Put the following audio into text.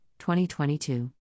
2022